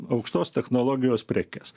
aukštos technologijos prekes